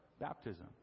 baptism